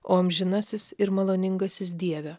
o amžinasis ir maloningasis dieve